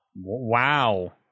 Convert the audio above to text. Wow